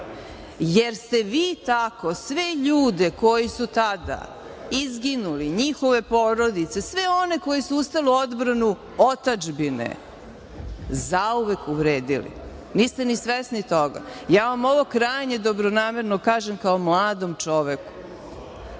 jer ste vi tako sve ljude koji su tada izginuli, njihove porodice, sve one koji su ustali u odbranu otadžbine, zauvek uvredili. Niste ni svesni toga. Ja vam ovo krajnje dobronamerno kažem kao mladom čoveku,